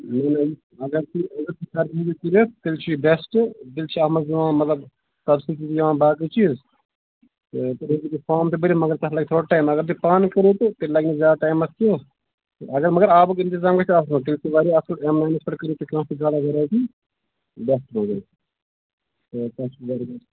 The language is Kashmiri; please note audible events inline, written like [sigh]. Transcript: [unintelligible] تیٚلہِ چھُ یہِ بٮ۪سٹ تیٚلہِ چھِ اَتھ منٛز یِوان مطلب سبسِٹی یا باقٕے چیٖز تیٚلہِ ہیٚکِو تۄہہِ فام تہِ بٔرِتھ مگر تَتھ لگہِ تھوڑا ٹایِم اگر تُہۍ پانہٕ کوٚرُ تہٕ تیٚلہِ لگنہٕ زیادٕ ٹایِم اتھ کیٚنٛہہ اگر مگر آبُک اِنتطام گَژھِ آسُن تیٚلہِ چھُ وارِیاہ اصٕل [unintelligible]